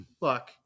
Look